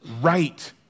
right